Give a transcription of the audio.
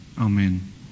Amen